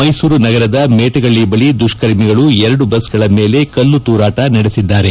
ಮೈಸೂರು ನಗರದ ಮೇಟಗಳ್ಳಿ ಬಳಿ ದುಷ್ಕರ್ಮಿಗಳು ಎರಡು ಬಸ್ಗಳ ಮೇಲೆ ಕಲ್ಲು ತೂರಾಟ ನಡೆಸಿದ್ದಾರೆ